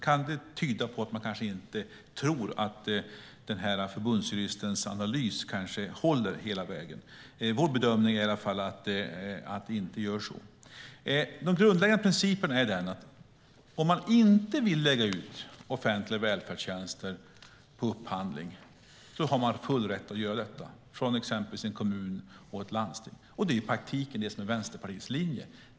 Kan det tyda på att man inte tror att förbundsjuristens analys håller hela vägen? Vår bedömning är i alla fall att den inte gör det. De grundläggande principerna är att om man inte vill upphandla offentliga välfärdstjänster har man full rätt att avstå från det. Det gäller till exempel en kommun eller ett landsting. Det är i praktiken det som är Vänsterpartiets linje.